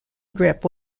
grip